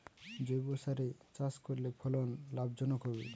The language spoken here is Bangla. জৈবসারে চাষ করলে ফলন লাভজনক হবে?